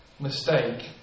mistake